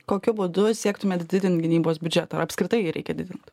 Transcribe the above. kokiu būdu siektumėt didint gynybos biudžetą ar apskritai reikia didint